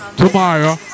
tomorrow